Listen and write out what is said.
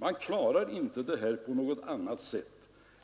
Man kan inte ta upp dessa problem i någon annan ordning